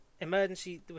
Emergency